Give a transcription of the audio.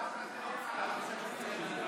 להלן התוצאות: